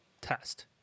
test